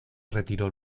retiró